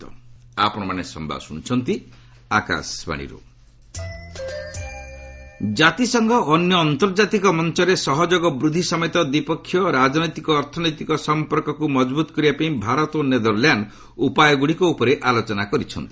MEA ଜାତିସଂଘ ଓ ଅନ୍ୟ ଆନ୍ତର୍ଜାତିକ ମଞ୍ଚରେ ସହଯୋଗ ବୃଦ୍ଧି ସମେତ ଦ୍ୱିପକ୍ଷିୟ ରାଜନୈତିକ ଓ ଅର୍ଥନୈତିକ ସମ୍ପର୍କକୁ ମଜବୁତ କରିବା ପାଇଁ ଭାରତ ଓ ନେଦରଲାଣ୍ଡ ଉପାୟଗୁଡ଼ିକ ଉପରେ ଆଲୋଚନା କରିଛନ୍ତି